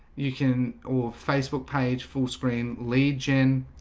you can or facebook page fullscreen legion,